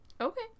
Okay